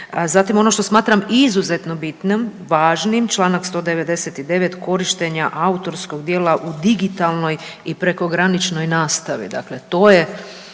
Zatim ono što smatram izuzetno bitnim, važnim, čl. 199., korištenja autorskog djela u digitalnoj i prekograničnoj nastavi, dakle to je